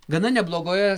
gana neblogoje